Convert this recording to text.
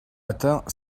atteint